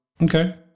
Okay